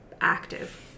active